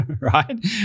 right